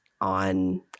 on